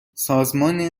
سازمان